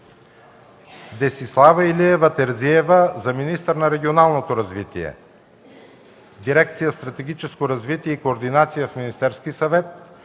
Десислава Илиева Терзиева – министър на регионалното развитие. Работила е в дирекция „Стратегическо развитие и координация” в Министерския съвет;